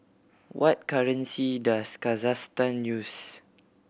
what currency does Kazakhstan use